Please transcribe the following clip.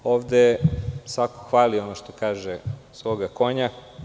Ovde svako hvali ono što se kaže – svoga konja.